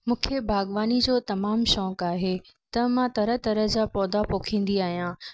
मूंखे बाॻवानी जो तमामु शौक़ु आहे त मां तरह तरह जा पौधा पोखींदी आहियां